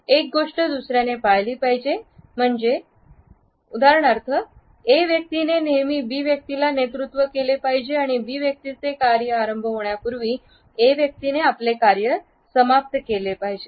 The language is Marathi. एक गोष्ट दुसऱ्याने पाळली पाहिजे आणि A व्यक्तीने नेहमी B व्यक्तीला नेतृत्व केले पाहिजे आणि B व्यक्तीचे कार्य आरंभ होण्यापूर्वी A व्यक्तीने कार्य समाप्त केले पाहिजे